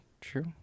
True